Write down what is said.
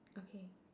okay